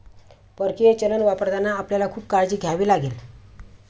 परकीय चलन वापरताना आपल्याला खूप काळजी घ्यावी लागेल